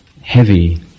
heavy